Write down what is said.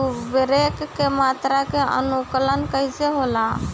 उर्वरक के मात्रा के आंकलन कईसे होला?